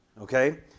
okay